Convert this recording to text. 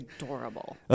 Adorable